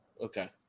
Okay